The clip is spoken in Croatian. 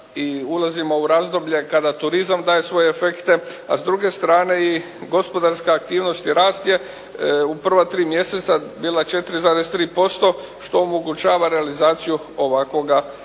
ulazimo u razdoblje kada turizam daje svoje efekte, a s druge strane i gospodarske aktivnosti rast je u prva 3 mjeseca bila 4,3% što omogućava realizaciju ovakvoga proračuna.